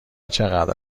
چقدر